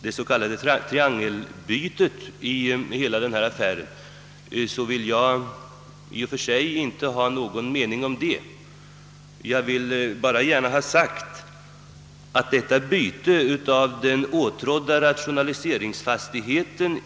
"Det s.k. triangelbytet i denna affär vill jag i och för sig inte ha någon mening om, men jag vill gärna understryka att detta byte av den åtrådda rationaliseringsfastigheten.